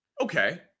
Okay